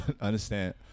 understand